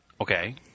Okay